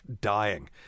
dying